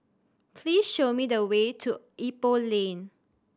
please show me the way to Ipoh Lane